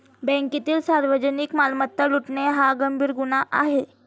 बँकेतील सार्वजनिक मालमत्ता लुटणे हा गंभीर गुन्हा आहे